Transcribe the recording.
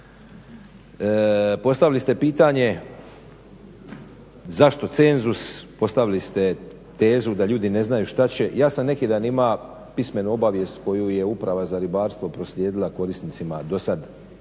Postavili ste pitanje zašto cenzus, postavili ste tezu da ljudi ne znaju šta će. Ja sam neki dan imao pismenu obavijest koju je Uprava za ribarstvo proslijedila korisnicima do sad